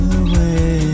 away